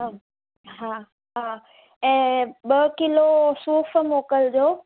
ह हा हा ऐं ॿ किलो सूफ़ मोकिलजो